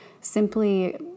simply